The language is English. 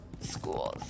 schools